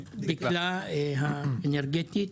ודקלה האנרגטית.